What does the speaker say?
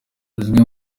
zimwe